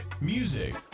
music